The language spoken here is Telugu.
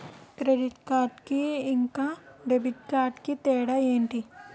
క్రెడిట్ కార్డ్ కి ఇంకా డెబిట్ కార్డ్ కి తేడా ఏంటి?